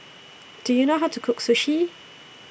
Do YOU know How to Cook Sushi